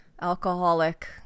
alcoholic